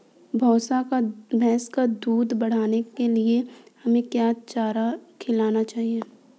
भैंस का दूध बढ़ाने के लिए हमें क्या चारा खिलाना चाहिए?